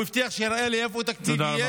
הוא הבטיח שהוא יראה לי איפה יהיה התקציב.